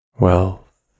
wealth